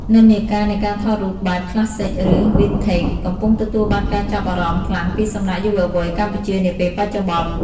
និន្នាការនៃការថតរូបបែប Classic ឬ Vintage កំពុងទទួលបានការចាប់អារម្មណ៍ខ្លាំងពីសំណាក់យុវវ័យកម្ពុជានាពេលបច្ចុប្បន្ន។